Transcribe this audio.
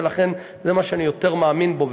ולכן זה מה שאני יותר מאמין בו,